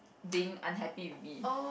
being unhappy with me